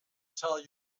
tell